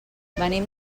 venim